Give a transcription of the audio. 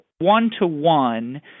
one-to-one